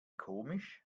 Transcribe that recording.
komisch